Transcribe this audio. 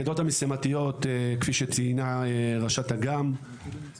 כפי שציינה ראשת אג"מ לגבי המפקדות המשימתיות,